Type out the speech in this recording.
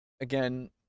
again